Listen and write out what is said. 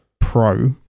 Pro